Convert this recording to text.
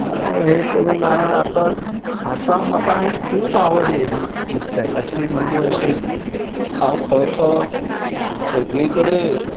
हें करून हांव आतां आतां म्हाका आनी खूब आवड आयली नुस्तेकाची म्हणजे अशी हांव खंय खंय सगळी कडेन